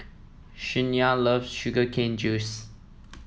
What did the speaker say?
Shania loves Sugar Cane Juice